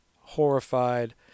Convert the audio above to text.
horrified